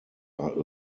are